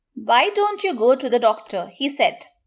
why don't you go to the doctor? he said.